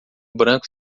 branco